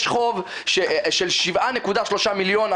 יש חוב של 7.3 מיליון שקל,